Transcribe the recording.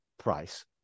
price